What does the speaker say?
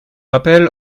rappel